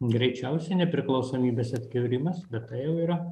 greičiausiai nepriklausomybės atkiūrimas bet tai jau yra